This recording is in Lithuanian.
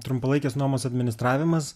trumpalaikės nuomos administravimas